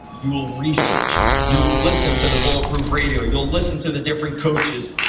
you will research, you will listen to the bulletproof radio, you'll listen to the different coaches,